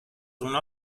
اونا